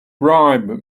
bribe